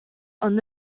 онно